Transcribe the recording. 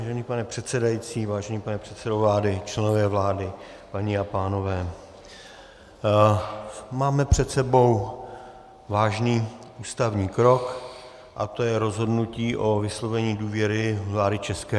Vážený pane předsedající, vážený pane předsedo vlády, členové vlády, paní a pánové, máme před sebou vážný ústavní krok a tím je rozhodnutí o vyslovení důvěry vládě ČR.